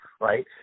Right